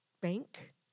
bank